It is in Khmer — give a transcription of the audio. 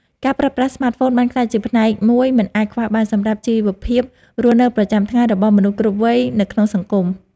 ការប្រើប្រាស់ស្មាតហ្វូនបានក្លាយជាផ្នែកមួយមិនអាចខ្វះបានសម្រាប់ជីវភាពរស់នៅប្រចាំថ្ងៃរបស់មនុស្សគ្រប់វ័យនៅក្នុងសង្គម។